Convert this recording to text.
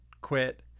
quit